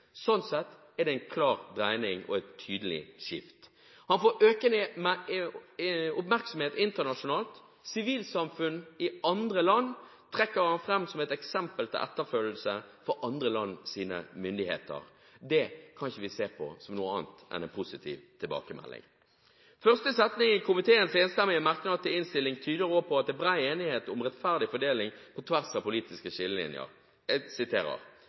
Sånn sett er det en klar dreining og et tydelig skifte. Meldingen får økende oppmerksomhet internasjonalt. Sivilsamfunn i andre land trekker den fram som et eksempel til etterfølgelse for andre lands myndigheter. Det kan vi ikke se på som noe annet enn en positiv tilbakemelding. Første setning i komiteens enstemmige merknad til innstilling tyder også på at det er bred enighet om rettferdig fordeling på tvers av politiske skillelinjer.